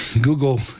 Google